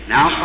Now